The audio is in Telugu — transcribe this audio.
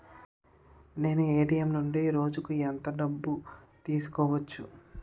నేను ఎ.టి.ఎం నుండి రోజుకు ఎంత డబ్బు తీసుకోవచ్చు?